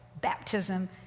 baptism